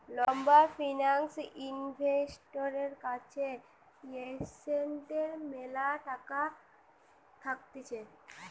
লম্বা ফিন্যান্স ইনভেস্টরের কাছে এসেটের ম্যালা টাকা থাকতিছে